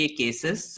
cases